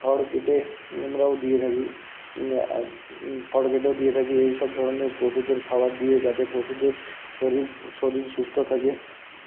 খড় কেটে আমরাও দিয়ে থাকি খড় কেটেও দিয়ে থাকি এইসব ধরনের পশুদের খাাবার দিয়ে যাতে পশুদের শরীর শরীর সুস্থ থাকে